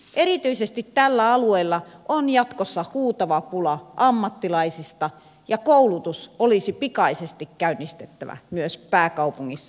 erityisesti tällä alueella on jatkossa huutava pula ammattilaisista ja koulutus olisi pikaisesti käynnistettävä myös pääkaupungissa